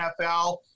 NFL